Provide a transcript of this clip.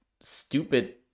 stupid